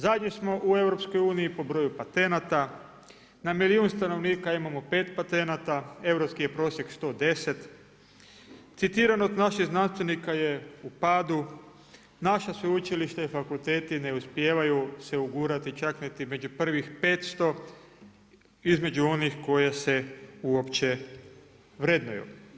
Zadnji smo u EU-u po broju patenata, na milijun stanovnika imamo 5 patenata, europski je prosjek 110, citirano od našeg znanstvenika je u padu, naša sveučilišta i fakulteti ne uspijevaju se ugurati čak niti među prvih 500, između onih koje se uopće vrednuju.